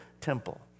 temple